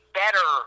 better